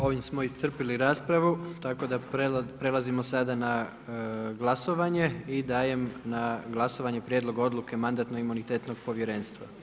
Ovime smo iscrpili raspravu, tako da prelazimo sada na glasovanje i dajem na glasovanje Prijedlog odluke Mandatno-imunitetnog povjerenstva.